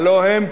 הלוא הם,